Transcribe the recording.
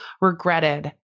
regretted